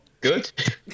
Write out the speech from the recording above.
Good